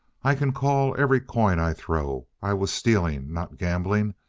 i can call every coin i throw. i was stealing, not gambling.